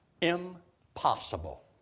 Impossible